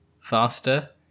faster